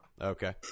Okay